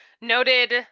Noted